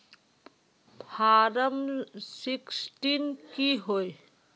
Form sixteen की होय?